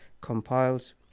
compiles